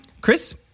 Chris